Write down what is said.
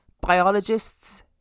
biologists